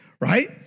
Right